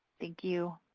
thank you.